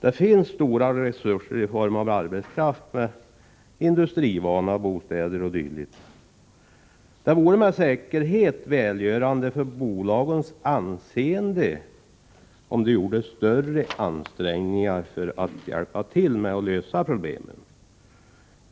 Det finns stora resurser i form av arbetskraft med industrivana, bostäder o.d. Det vore med säkerhet välgörande för bolagens anseende om de gjorde större ansträngningar för att hjälpa till att lösa problemen.